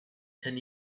ten